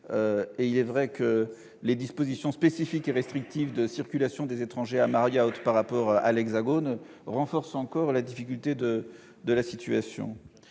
aussi. Les dispositions spécifiques et restrictives de circulation des étrangers à Mayotte par rapport à l'Hexagone renforcent encore la difficulté de la situation.